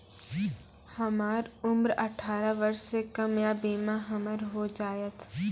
हमर उम्र अठारह वर्ष से कम या बीमा हमर हो जायत?